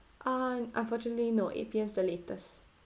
ah unfortunately no eight P_M is the latest